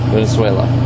Venezuela